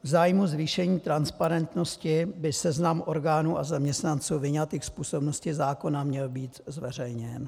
V zájmu zvýšení transparentnosti by seznam orgánů a zaměstnanců vyňatých z působnosti zákona měl být zveřejněn.